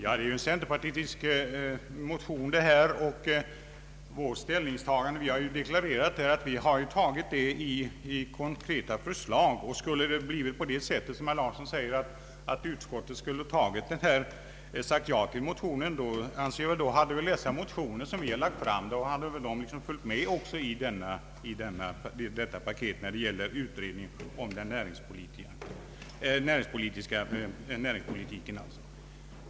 Herr talman! Detta är en centerpartimotion, och vi har lagt fram konkreta förslag. Skulle det ha blivit som herr Larsson säger, att utskottet sagt ja till motionen, så hade väl de motioner vi lagt fram följt med i paketet vid utredningen om näringspolitiken.